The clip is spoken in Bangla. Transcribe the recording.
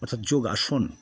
অর্থাৎ যোগাসন